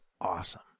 awesome